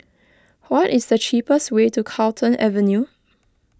what is the cheapest way to Carlton Avenue